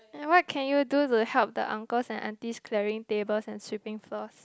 and what can you do to help the uncles and aunties clearing tables and sweeping floors